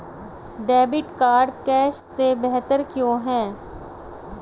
Debit card cash से बेहतर क्यों है?